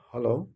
hello